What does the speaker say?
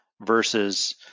versus